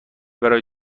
برای